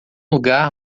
lugar